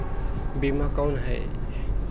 बीमा कौन है?